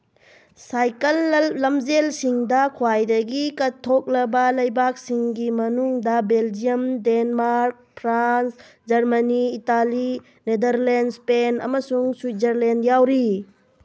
cycle ꯂꯝꯖꯦꯜꯁꯤꯡꯗ ꯈ꯭ꯋꯥꯏꯗꯒꯤ ꯀꯠꯊꯣꯛꯂꯕ ꯂꯩꯕꯥꯛꯁꯤꯡꯒꯤ ꯃꯅꯨꯡꯗ Belgium Denmark France Germany Italy Netherlands Spain ꯑꯃꯁꯨꯡ ꯁ꯭ꯋꯤꯠꯖꯔꯂꯦꯟ ꯌꯥꯎꯔꯤ